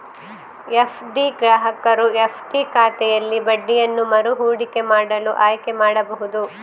FD ಗ್ರಾಹಕರು FD ಖಾತೆಯಲ್ಲಿ ಬಡ್ಡಿಯನ್ನು ಮರು ಹೂಡಿಕೆ ಮಾಡಲು ಆಯ್ಕೆ ಮಾಡಬಹುದು